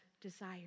desire